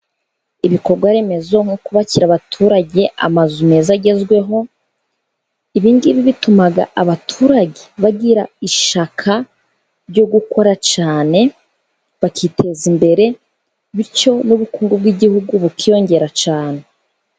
Ibikorwa remezo nko kubakira abaturage amazu meza agezweho, ibingibi bituma abaturage bagira ishyakaka ryo gukora cyane bakiteza imbere, bityo n'ubukungu bw'igihugu bukiyongera cyane.